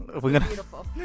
Beautiful